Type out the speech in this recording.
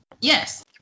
Yes